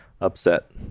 upset